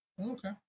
Okay